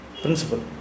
principle